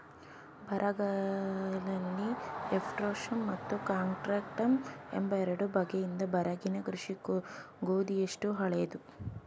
ಬರಗಲ್ಲಿ ಎಫ್ಯೂಸಮ್ ಮತ್ತು ಕಾಂಟ್ರಾಕ್ಟಮ್ ಎಂಬ ಎರಡು ಬಗೆಯಿದೆ ಬರಗಿನ ಕೃಷಿ ಗೋಧಿಯಷ್ಟೇ ಹಳೇದು